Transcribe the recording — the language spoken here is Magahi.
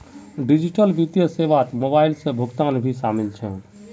डिजिटल वित्तीय सेवात मोबाइल से भुगतान भी शामिल छे